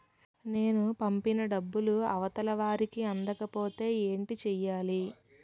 నేను పంపిన డబ్బులు అవతల వారికి అందకపోతే ఏంటి చెయ్యాలి?